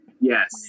Yes